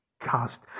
cast